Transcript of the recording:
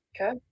Okay